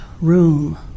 room